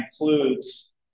includes